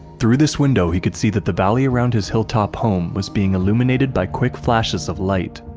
through this window he could see that the valley around his hill-top home was being illuminated by quick flashes of light,